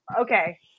Okay